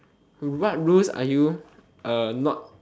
what rules are you not